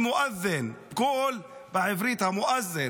בעברית: המואזין,